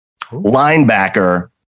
Linebacker